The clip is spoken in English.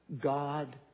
God